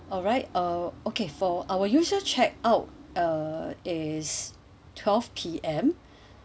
alright uh okay for our usual check out uh is twelve P_M